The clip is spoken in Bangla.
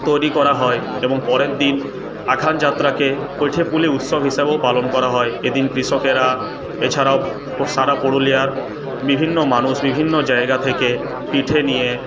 তৈরি করা হয় এবং পরের দিন আখান যাত্রাকে পিঠেপুলি উৎসব হিসাবেও পালন করা হয় এইদিন কৃষকেরা এছাড়াও সারা পুরুলিয়ার বিভিন্ন মানুষ বিভিন্ন জায়গা থেকে পিঠে নিয়ে